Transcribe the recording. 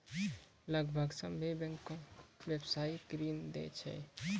लगभग सभ्भे बैंकें व्यवसायिक ऋण दै छै